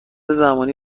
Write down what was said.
زمانی